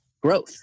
growth